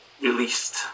released